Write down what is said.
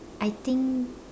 I think